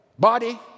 Body